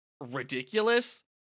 ridiculous